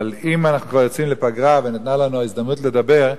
אבל אם אנחנו כבר יוצאים לפגרה וניתנה לנו ההזדמנות לדבר,